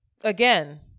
again